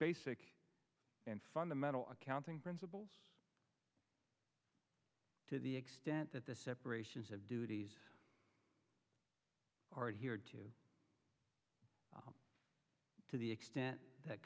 basic and fundamental accounting principles to the extent that the separations of duties are here to to the extent that